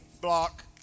block